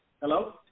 Hello